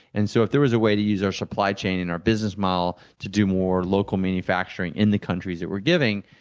and so, if there was a way to use our supply chain and our business model to do more local manufacturing in the countries that we're giving,